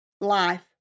Life